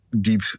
deep